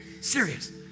Serious